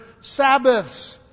Sabbaths